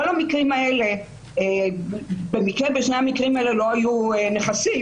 במקרה בשני המקרים האלה לא היו נכסים,